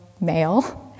male